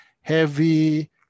heavy